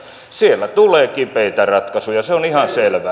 siellä tulee kipeitä ratkaisuja se on ihan selvä